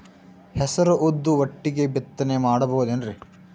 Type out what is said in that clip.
ಹೆಸರು ಉದ್ದು ಒಟ್ಟಿಗೆ ಬಿತ್ತನೆ ಮಾಡಬೋದೇನ್ರಿ?